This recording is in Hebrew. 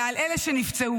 אלא על אלה שנפצעו,